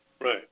Right